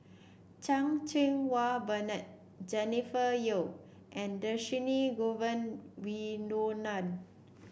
Chan Cheng Wah Bernard Jennifer Yeo and Dhershini Govin Winodan